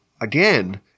again